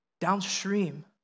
Downstream